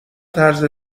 طرز